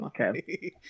okay